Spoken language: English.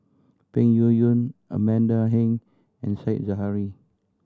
Peng Yuyun Amanda Heng and Said Zahari